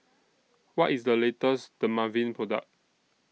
What IS The latest Dermaveen Product